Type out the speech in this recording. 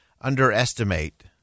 underestimate